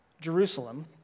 Jerusalem